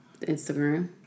Instagram